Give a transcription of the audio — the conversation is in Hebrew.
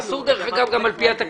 דרך אגב, זה אסור בכנסת על פי התקנון.